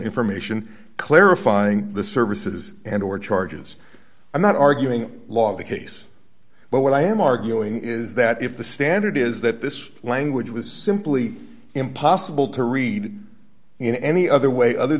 information clarifying the services and or charges i'm not arguing law the case but what i am arguing is that if the standard is that this language was simply impossible to read in any other way other